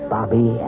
Bobby